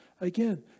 Again